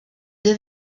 deux